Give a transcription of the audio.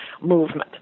movement